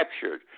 captured